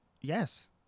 Yes